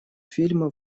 фильма